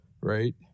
right